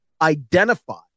identify